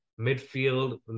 midfield